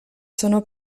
sono